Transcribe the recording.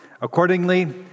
Accordingly